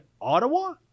Ottawa